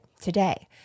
today